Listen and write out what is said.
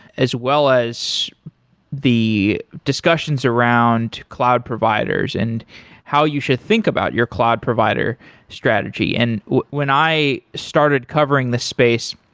as well as the discussions around cloud providers and how you should think about your cloud provider strategy and when i started covering the space,